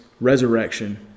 resurrection